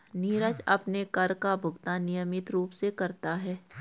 नीरज अपने कर का भुगतान नियमित रूप से करता है